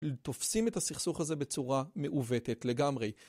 תופסים את הסכסוך הזה בצורה מעוותת לגמרי.